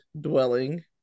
dwelling